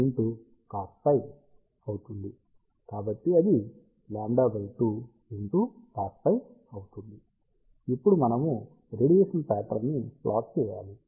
కాబట్టి అది π 2 cosφ అవుతుంది ఇప్పుడు మనము రేడియేషన్ ప్యాట్రన్ ని ప్లాట్ చేయాలి